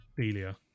Delia